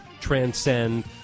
transcend